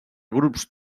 grups